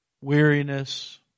weariness